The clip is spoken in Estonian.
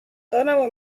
tänavu